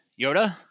Yoda